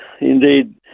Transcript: Indeed